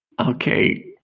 Okay